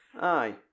Aye